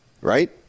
right